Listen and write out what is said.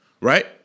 right